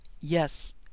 yes